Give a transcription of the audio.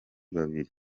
babiri